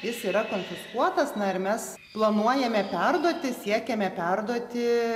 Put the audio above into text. jis yra konfiskuotas na ir mes planuojame perduoti siekiame perduoti